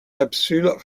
capsules